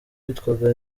witwaga